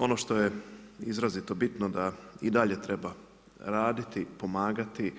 Ono što je izrazito bitno da i dalje treba raditi, pomagati,